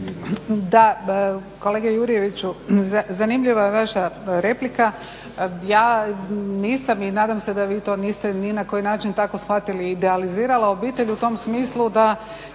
Da, kolega Jurjeviću, zanimljiva je vaša replika. Ja nisam i nadam se da vi to niste ni na koji način tako shvatili, idealizirala obitelj u tom smislu da